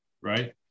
right